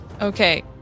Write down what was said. Okay